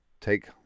take